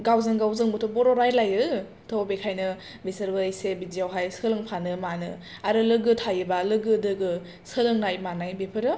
गावजोंगाव जोंबोथ' बर' रायलायो थ' बेखायनो बिसोरबो एसे बिदियावहाय सोलोंफानो मानो आरो लोगो थायोबा लोगो दोगो सोलोंनाय मानाय बेफोरो